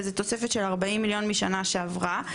וזו תוספת של 40 מיליון משנה שעברה,